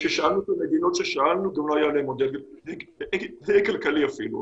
כששאלנו את המדינות ששאלנו גם לא היה להן מודל כלכלי אפילו,